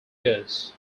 years